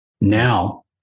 Now